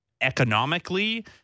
economically